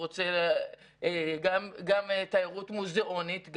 גם תיירות מוזיאונית,